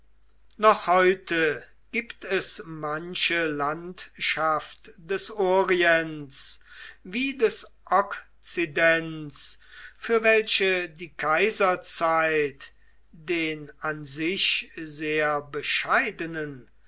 noch heute gibt es manche landschaft des orients wie des okzidents für welche die kaiserzeit den an sich sehr bescheidenen